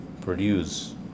produce